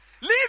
Leave